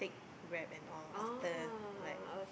grab and all after like